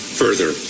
further